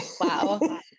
wow